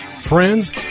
Friends